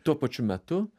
tuo pačiu metu